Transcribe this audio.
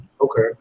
Okay